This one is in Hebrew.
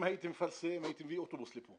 אם הייתם מפרסמים, הייתי מביא אוטובוס לפה